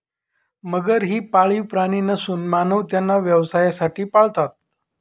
मगरी हे पाळीव प्राणी नसून मानव त्यांना व्यवसायासाठी पाळतात